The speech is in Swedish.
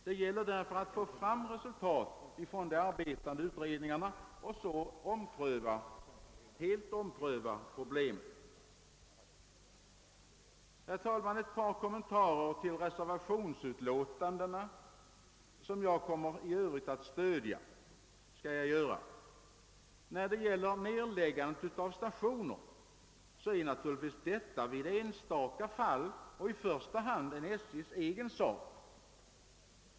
Det gäller att få fram resultaten från de arbetande utredningarna och att därefter helt ompröva problemet. Herr talman! Jag skall göra ett par kommentarer till reservationerna, som jag kommer att stödja. Nedläggandet av stationer i enstaka fall är naturligtvis främst en SJ:s egen sak.